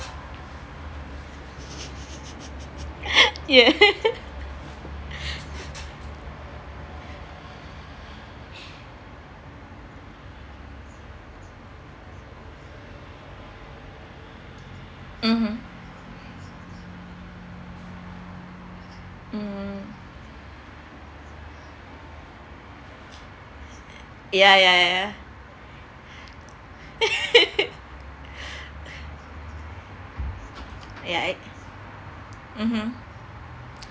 mmhmm mm ya ya ya ya right mmhmm